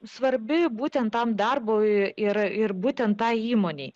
svarbi būtent tam darbui yra ir būtent tą įmonėje